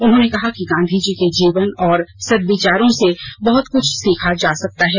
उन्होंने कहा कि गांधी जी के जीवन और सदविचारों से बहुत कुछ सीखा जा सकता है